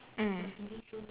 mm